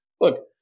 look